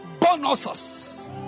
bonuses